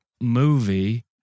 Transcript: movie